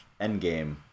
Endgame